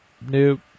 Nope